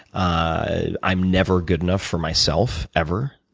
i'm never good enough for myself, ever,